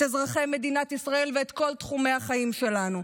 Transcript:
אזרחי מדינת ישראל ואת כל תחומי החיים שלנו,